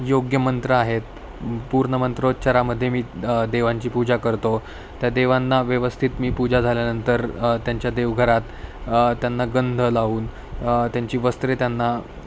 योग्य मंत्र आहेत पूर्ण मंत्रोच्चारामध्ये मी देवांची पूजा करतो त्या देवांना व्यवस्थित मी पूजा झाल्यानंतर त्यांच्या देवघरात त्यांना गंध लावून त्यांची वस्त्रे त्यांना